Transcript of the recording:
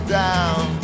down